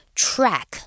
track